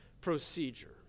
procedure